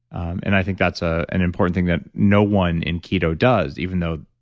and i think that's ah an important thing that no one in keto does, even though,